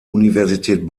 universität